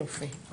יופי.